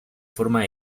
forma